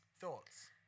Thoughts